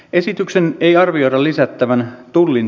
esityksen ei arvioida lisäävän tullin työmäärää